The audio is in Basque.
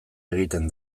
egiten